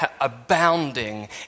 abounding